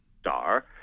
star